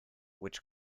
which